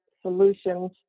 solutions